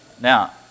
Now